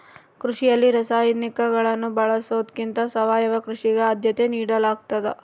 ಕೃಷಿಯಲ್ಲಿ ರಾಸಾಯನಿಕಗಳನ್ನು ಬಳಸೊದಕ್ಕಿಂತ ಸಾವಯವ ಕೃಷಿಗೆ ಆದ್ಯತೆ ನೇಡಲಾಗ್ತದ